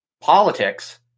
politics